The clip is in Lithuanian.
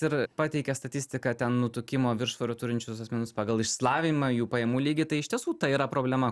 ir pateikia statistiką ten nutukimo viršsvorio turinčius asmenis pagal išsilavinimą jų pajamų lygį tai iš tiesų tai yra problema